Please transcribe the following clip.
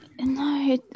No